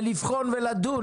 לבחון ולדון.